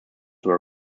were